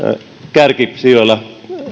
kärkisijoilla